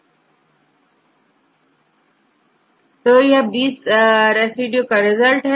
तो यह 20 रेसिड्यूज का रिजल्ट है